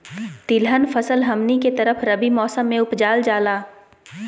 तिलहन फसल हमनी के तरफ रबी मौसम में उपजाल जाला